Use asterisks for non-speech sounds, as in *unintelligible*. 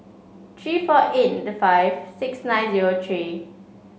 three four eight *unintelligible* five six nine zero three